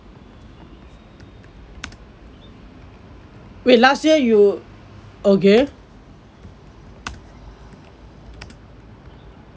wait last year you okay